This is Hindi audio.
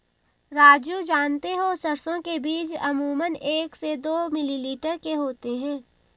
राजू जानते हो सरसों के बीज अमूमन एक से दो मिलीमीटर के होते हैं